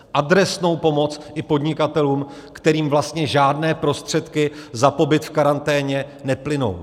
Adresnou pomoc i podnikatelům, kterým vlastně žádné prostředky za pobyt v karanténě neplynou.